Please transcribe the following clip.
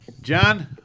John